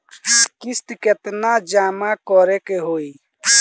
किस्त केतना जमा करे के होई?